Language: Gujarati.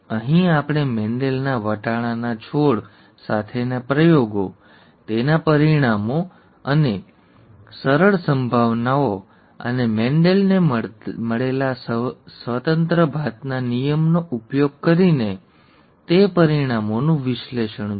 અહીં આપણે મેન્ડલના વટાણાના છોડ સાથેના પ્રયોગો તેના પરિણામો અને સરળ સંભાવનાઓ અને મેન્ડલને મળેલા સ્વતંત્ર ભાતના નિયમનો ઉપયોગ કરીને તે પરિણામોનું વિશ્લેષણ જોયું